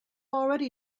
already